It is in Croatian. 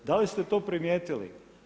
Da li ste to primijetili?